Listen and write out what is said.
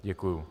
Děkuju.